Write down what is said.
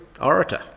orator